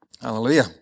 Hallelujah